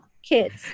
kids